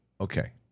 Okay